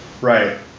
right